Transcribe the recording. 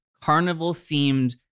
carnival-themed